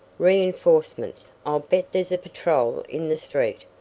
reinforcements. i'll bet there's a patrol in the street,